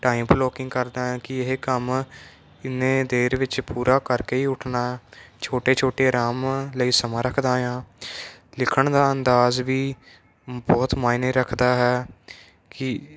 time looking ਕਰਦਾ ਕਿ ਇਹ ਕੰਮ ਕਿੰਨੇ ਦੇਰ ਵਿੱਚ ਪੂਰਾ ਕਰਕੇ ਹੀ ਉੱਠਣਾ ਛੋਟੇ ਛੋਟੇ ਆਰਾਮ ਲਈ ਸਮਾਂ ਰੱਖਦਾ ਹਾਂ ਲਿਖਣ ਦਾ ਅੰਦਾਜ਼ ਵੀ ਬਹੁਤ ਮਾਇਨੇ ਰੱਖਦਾ ਹੈ ਕਿ